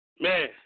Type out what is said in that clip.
Man